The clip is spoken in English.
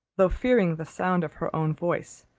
though fearing the sound of her own voice,